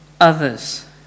others